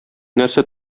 нәрсә